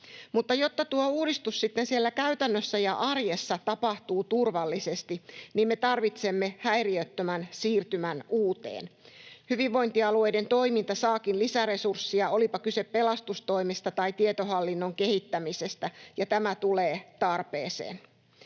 Mutta jotta tuo uudistus sitten siellä käytännössä ja arjessa tapahtuu turvallisesti, niin me tarvitsemme häiriöttömän siirtymän uuteen. Hyvinvointialueiden toiminta saakin lisäresursseja, olipa kyse pelastustoimesta tai tietohallinnon kehittämisestä, ja tämä tulee tarpeeseen.